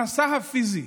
המסע הפיזי